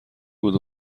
بود